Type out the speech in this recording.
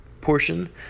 portion